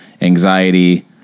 anxiety